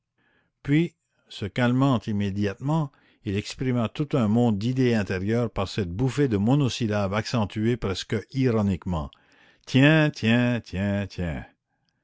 puis se calmant immédiatement il exprima tout un monde d'idées intérieures par cette bouffée de monosyllabes accentués presque ironiquement tiens tiens tiens tiens